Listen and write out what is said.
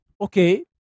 okay